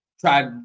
Tried